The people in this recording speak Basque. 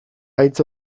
haitz